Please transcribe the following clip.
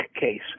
case